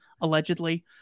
allegedly